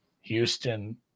Houston